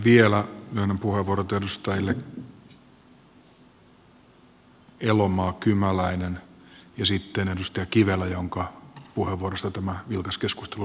vielä myönnän puheenvuorot edustajille elomaa ja kymäläinen ja sitten edustaja kivelälle jonka puheenvuorosta tämä vilkas keskustelu sai alkunsa